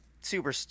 super